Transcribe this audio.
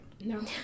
No